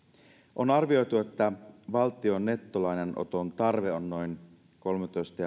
on arvioitu että valtion nettolainanoton tarve on noin kolmetoista